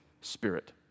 spirit